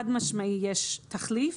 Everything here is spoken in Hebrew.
יש חד משמעית תחליף.